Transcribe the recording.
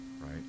right